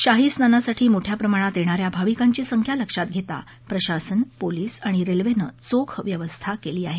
शाही स्नानासाठी मोठ्या प्रमाणात येणाऱ्या भाविकांची संख्या लक्षात घेता प्राशासन पोलीस आणि रेल्वेनं चोख व्यवस्था केली आहे